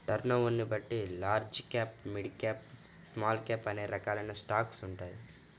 టర్నోవర్ని బట్టి large cap, mid cap, small cap అనే రకాలైన స్టాక్స్ ఉంటాయి